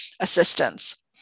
assistance